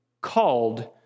called